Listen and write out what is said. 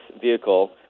vehicle